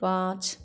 पाँच